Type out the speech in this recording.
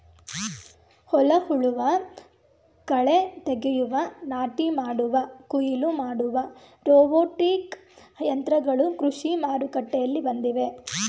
ಹೊಲ ಉಳುವ, ಕಳೆ ತೆಗೆಯುವ, ನಾಟಿ ಮಾಡುವ, ಕುಯಿಲು ಮಾಡುವ ರೋಬೋಟಿಕ್ ಯಂತ್ರಗಳು ಕೃಷಿ ಮಾರುಕಟ್ಟೆಯಲ್ಲಿ ಬಂದಿವೆ